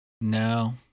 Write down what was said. No